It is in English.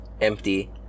empty